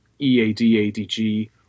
E-A-D-A-D-G